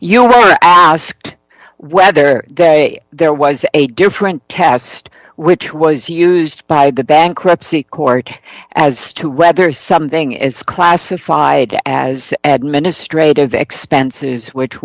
you were asked whether they there was a different test which was used by the bankruptcy court as to whether something is classified as administrative expenses which